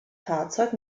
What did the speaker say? fahrzeug